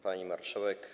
Pani Marszałek!